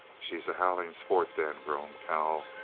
she's a howling sport, then! groaned cal,